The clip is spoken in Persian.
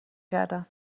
کردند